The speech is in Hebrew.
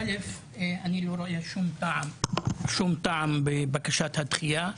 אני לא רואה שום טעם בבקשת הדחייה.